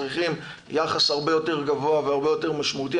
צריכים יחס הרבה יותר גבוה והרבה יותר משמעותי,